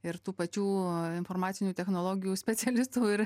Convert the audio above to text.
ir tų pačių informacinių technologijų specialistų ir